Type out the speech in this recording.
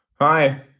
Hi